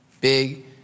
big